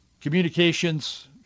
Communications